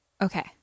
okay